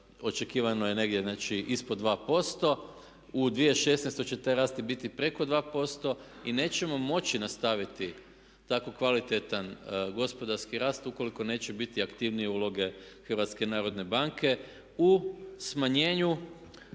očekivano je negdje znači ispod 2%. U 2016. će taj rast biti preko 2% i nećemo moći nastaviti tako kvalitetan gospodarski rast ukoliko neće biti aktivnije uloge HNB-a u smanjenju